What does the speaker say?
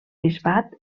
bisbat